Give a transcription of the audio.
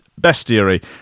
bestiary